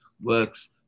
works